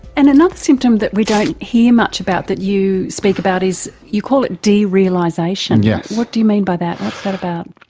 and another symptom that we don't hear much about that you speak about is, you call it de-realisation. yeah what do you mean by that, what's that about?